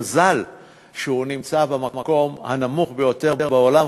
מזל שהוא נמצא במקום הנמוך ביותר בעולם,